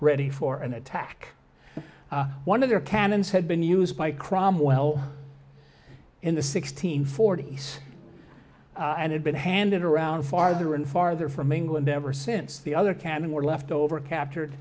ready for an attack one of their cannons had been used by crom well in the sixteen forty s and had been handed around farther and farther from england ever since the other cannon were left over captured